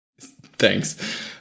Thanks